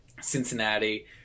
Cincinnati